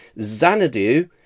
Xanadu